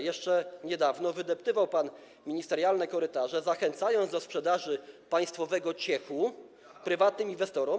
Jeszcze niedawno wydeptywał pan ministerialne korytarze, zachęcając do sprzedaży państwowego Ciechu prywatnym inwestorom.